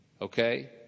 Okay